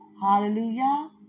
Hallelujah